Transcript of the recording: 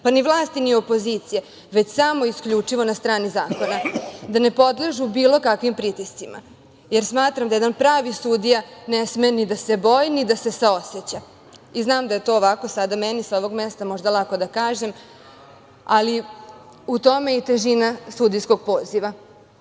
pa ni vlasti, niti opozicije, već samo i isključivo na strani zakona, da ne podležu bilo kakvim pritiscima. Smatram da jedan pravi sudija ne sme ni da se boji ni da se saoseća. Znam da je to sada meni sa ovog mesta možda lako da kažem, ali u tome i jeste težina sudijskog poziva.